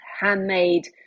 handmade